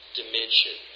dimension